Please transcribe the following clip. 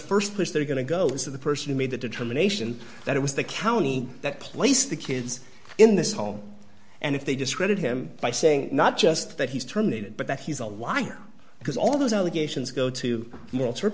the st place they're going to go to the person who made the determination that it was the county that placed the kids in this home and if they discredit him by saying not just that he's terminated but that he's a liar because all those allegations go to m